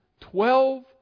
Twelve